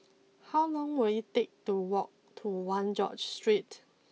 how long will it take to walk to one George Street